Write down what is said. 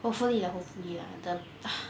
hopefully lah hopefully lah the